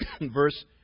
Verse